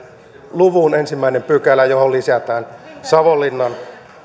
luvun ensimmäisen pykälän johon lisätään savonlinnan